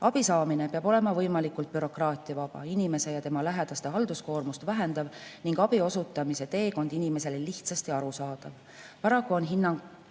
Abi saamine peab olema võimalikult bürokraatiavaba, inimese ja tema lähedaste halduskoormust vähendav ning abi osutamise teekond inimesele lihtsasti arusaadav. Paraku on hinnanguline